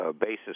basis